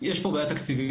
יש פה בעיה תקציבית,